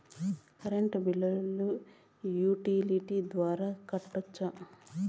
Current బిల్లును utility ద్వారా కట్టొచ్చా?